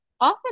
often